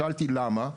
שאלתי למה,